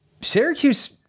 Syracuse